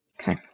Okay